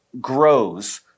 grows